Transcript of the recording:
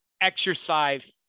exercise